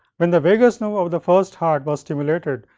when the vagus nerve of the first heart was stimulated,